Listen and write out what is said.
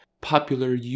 popular